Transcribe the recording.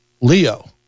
leo